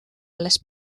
alles